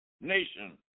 nation